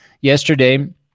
Yesterday